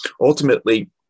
ultimately